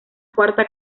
cuarta